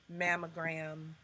mammogram